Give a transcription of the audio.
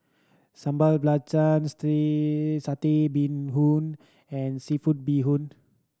sambal stay Satay Bee Hoon and seafood bee hoon